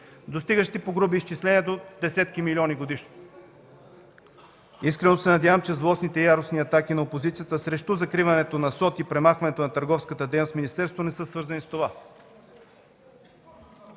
достигащи по груби изчисления до десетки милиони годишно. Искрено се надявам, че злостните и яростни атаки на опозицията срещу закриването на СОТ и премахването на търговската дейност в